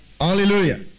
Hallelujah